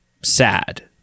sad